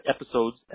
episodes